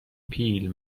پیل